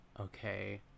Okay